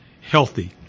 healthy